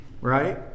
right